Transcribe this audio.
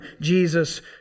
Jesus